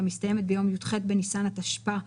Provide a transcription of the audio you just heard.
והמסתיימת ביום י"ח בניסן התשפ"א,